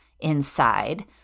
inside